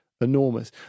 enormous